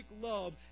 love